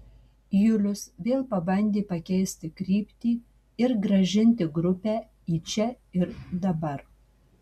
julius vėl pabandė pakeisti kryptį ir grąžinti grupę į čia ir dabar